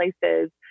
places